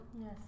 Yes